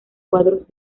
cuadros